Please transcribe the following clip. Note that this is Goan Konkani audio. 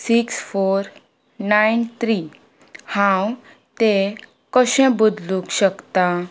क्स फोर नायन थ्री हांव ते कशें बदलूंक शकता